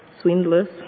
swindlers